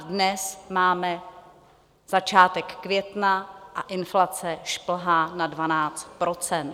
Dnes máme začátek května a inflace šplhá na 12 %.